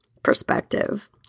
perspective